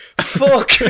Fuck